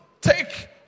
take